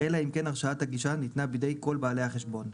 אלא אם כן הרשאת הגישה ניתנה בידי כל בעלי החשבון.